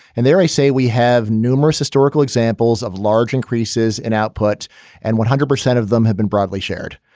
and they say we have numerous historical examples of large increases in output and one hundred percent of them have been broadly shared.